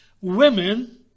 women